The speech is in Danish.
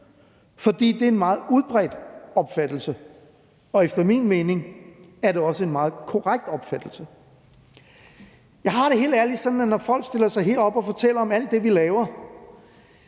for det er en meget udbredt opfattelse – og efter min mening er det også en meget korrekt opfattelse. Når folk stiller sig herop og fortæller om alt det, vi laver,